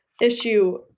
issue